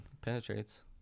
Penetrates